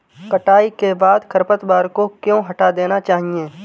कटाई के बाद खरपतवार को क्यो हटा देना चाहिए?